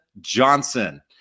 Johnson